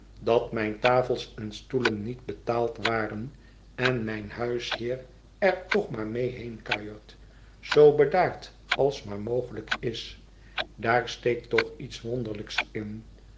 dat mijne tafels en stoelen niet betaald waren en mijn huisheer er toch maar mee heenkuiert zoo bedaard als maar mogelijk is daar steekt toch iets wonderlijks in